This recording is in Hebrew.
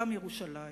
גם ירושלים.